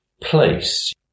Place